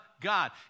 God